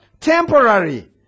temporary